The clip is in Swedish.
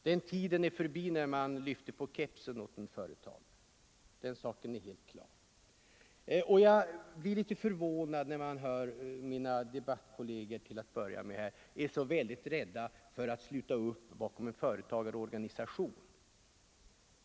Den tiden är förbi när man lyfte på kepsen för en företagare. Men jag blir ändå litet förvånad när jag hör hur rädda mina debattkolleger är för att sluta upp bakom en företagarorganisation.